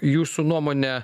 jūsų nuomone